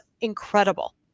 incredible